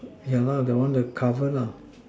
yeah the one the cover lah